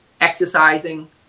exercising